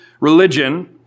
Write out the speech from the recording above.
religion